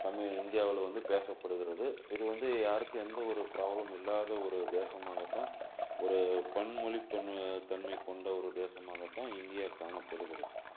தமிழ் இந்தியாவில் வந்து பேசப்படுகிறது இது வந்து யாருக்கும் எந்த ஒரு ப்ராப்ளமும் இல்லாத ஒரு தேசமாக தான் ஒரு பன்மொழி பன் தன்மை கொண்ட ஒரு தேசமாக தான் இந்தியா காணப்படுகிறது